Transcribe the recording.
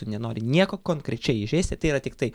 tu nenori nieko konkrečiai įžeisti tai yra tiktai